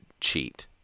cheat